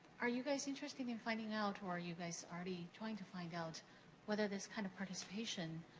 are you guys interested in finding out or are you guys already going to find out whether this kind of participation